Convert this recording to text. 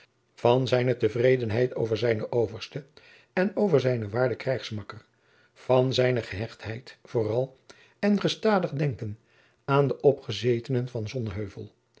van zijne tegredenheid over zijnen overste en over zijnen waarden krijgsmakker van zijne gehechtheid vooral en gestadig denken aan de opgezetenen